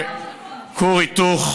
ומהווה כור היתוך,